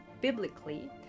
biblically